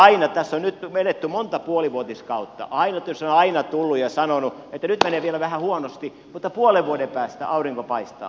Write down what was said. tässä on nyt menetetty monta puolivuotiskautta ja aina on tultu ja sanottu että nyt menee vielä vähän huonosti mutta puolen vuoden päästä aurinko paistaa